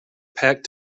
packed